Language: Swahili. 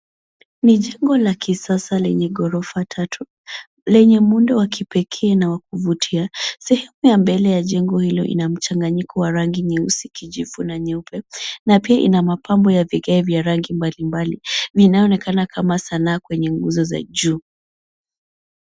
Ni jengo la kisasa lenye gorofa tatu, lenye muuondo wa kipekee na wa kuvutia. Sehemu ya mbele ya jengo hilo ina mchanganyiko wa rangi nyeusi, kijivu na nyeupe na pia ina mapambo ya vigae vya rangi mbalimbali vinaonekana kama sanaa kwenye nguzo za juu.